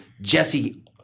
Jesse